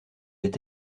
est